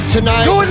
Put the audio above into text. Tonight